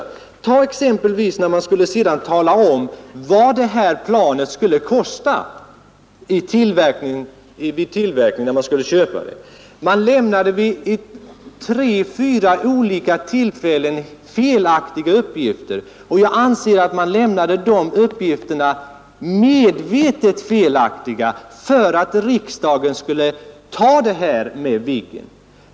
När man exempelvis skulle tala om vad planet kostar i tillverkning lämnades det felaktiga uppgifter vid tre fyra olika tillfällen, och jag anser att de uppgifterna lämnades medvetet felaktiga för att riksdagen skulle ta Viggenprojektet.